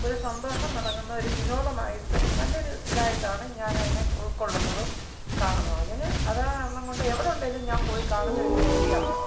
ഒരു സന്തോഷം നൽകുന്ന ഒരു വിനോദമായിട്ട് നല്ലൊരു ഇതായിട്ടാണ് ഞാൻ അതിനെ ഉൾക്കൊള്ളുന്നതും കാണുന്നതും അതിന് അത് കാരണം കൊണ്ട് എവിടെ ഉണ്ടെങ്കിലും ഞാൻ പോയിക്കാണുന്ന ഒരു വ്യക്തിയാണ്